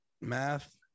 math